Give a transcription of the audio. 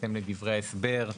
בהתאם לדברי ההסבר,